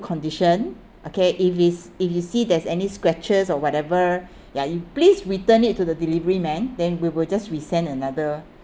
condition okay if it's if you see there's any scratches or whatever ya you please return it to the delivery man then we will just resend another